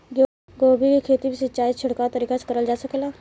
गोभी के खेती में सिचाई छिड़काव तरीका से क़रल जा सकेला?